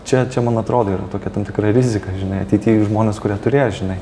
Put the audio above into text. čia čia man atrodo yra tokia tam tikra rizika žinai ateity žmonės kurie turės žinai